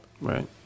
Right